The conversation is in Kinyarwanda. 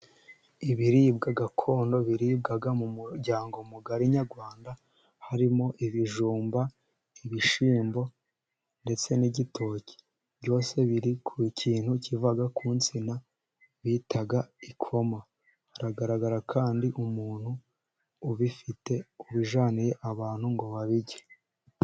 Ibiribwa gakondo biribwa mu muryango mugari nyarwanda harimo: ibijumba, ibishyimbo, ndetse n'igitoki. Byose biri ku kintu kiva ku nsina bita ikoma. Hagaragara kandi umuntu ubifite ujyaniye abantu ngo babirye.